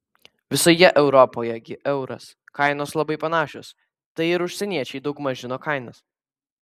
visoje europoje gi euras kainos labai panašios tai ir užsieniečiai daugmaž žino kainas